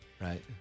Right